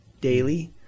daily